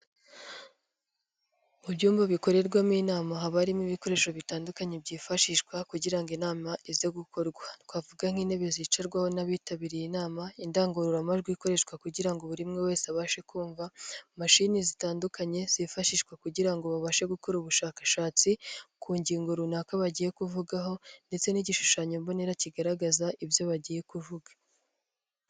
Mu byumba bikorerwamo inama haba harimo ibikoresho bitandukanye byifashishwa kugira ngo inama ize gukorwa, twavuga nk'intebe zicirwaho n'abitabiriye inama, indangururamajwi ikoreshwa kugira ngo buri umwe wese abashe kumva, mashini zitandukanye zifashishwa kugira ngo babashe gukora ubushakashatsi ku ngingo runaka bagiye kuvugaho, ndetse n'igishushanyo mbonera kigaragaza ibyo bagiye kuvuga.